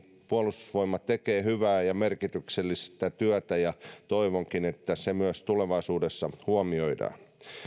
puolustusvoimat tekee hyvää ja merkityksellistä työtä ja toivonkin että se myös tulevaisuudessa huomioidaan